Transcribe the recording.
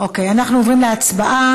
אוקיי, אנחנו עוברים להצבעה.